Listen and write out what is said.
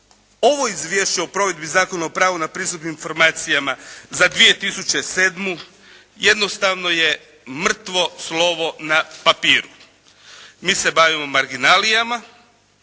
ovo Izvješće o provedbi Zakona o pravu na pristup informacijama za 2007. jednostavno je mrtvo slovo na papiru. Mi se bavimo marginalijama,